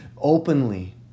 openly